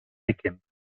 bekämpft